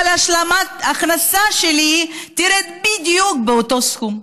אבל השלמת ההכנסה שלי תרד בדיוק באותו סכום.